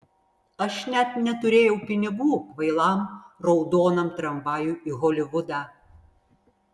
aš net neturėjau pinigų kvailam raudonam tramvajui į holivudą